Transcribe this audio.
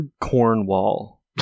Cornwall